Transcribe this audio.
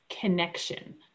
connection